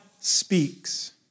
speaks